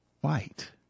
white